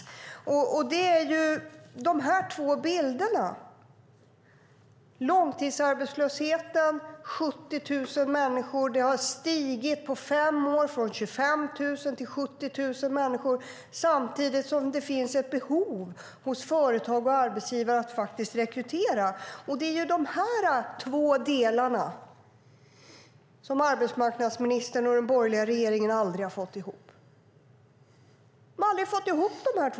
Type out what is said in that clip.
På fem år har långtidsarbetslösheten stigit från 25 000 till 70 000. Samtidigt finns det ett behov hos företag och arbetsgivare att rekrytera. Det är dessa två delar som arbetsmarknadsministern och den borgerliga regeringen aldrig har fått ihop.